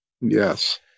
Yes